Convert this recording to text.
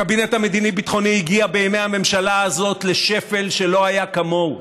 הקבינט המדיני-ביטחוני הגיע בימי הממשלה הזאת לשפל שלא היה כמוהו.